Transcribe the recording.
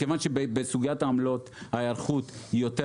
מכיוון שבסוגיית העמלות ההיערכות היא יותר